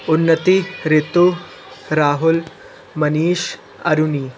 उन्नति ऋतु राहुल मनीष अरुणी